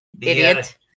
idiot